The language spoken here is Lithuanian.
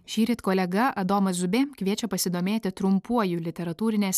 šįryt kolega adomas zubė kviečia pasidomėti trumpuoju literatūrinės